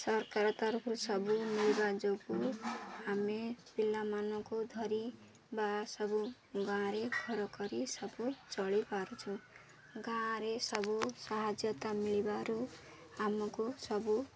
ସରକାର ତରଫରୁ ସବୁ ମିଳିବା ଯୋଗୁଁ ଆମେ ପିଲାମାନଙ୍କୁ ଧରି ବା ସବୁ ଗାଁରେ ଘର କରି ସବୁ ଚଳିପାରୁଛୁ ଗାଁରେ ସବୁ ସାହାଯ୍ୟତା ମିଳିବାରୁ ଆମକୁ ସବୁ